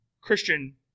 Christian